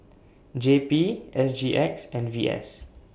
J P S G X and V S